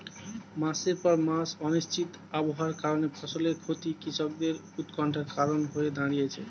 মাসের পর মাস অনিশ্চিত আবহাওয়ার কারণে ফসলের ক্ষতি কৃষকদের উৎকন্ঠার কারণ হয়ে দাঁড়িয়েছে